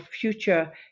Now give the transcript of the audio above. future